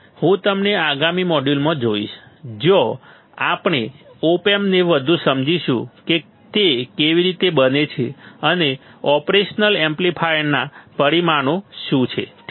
અને હું તમને આગામી મોડ્યુલમાં જોઈશ જ્યાં આપણે ઓપ એમ્પ્સને વધુ સમજીશું કે તે કેવી રીતે બને છે અને ઓપરેશનલ એમ્પ્લીફાયરના પરિમાણો શું છે